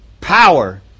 power